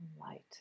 light